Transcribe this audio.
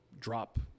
drop